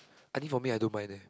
I think for me I don't mind leh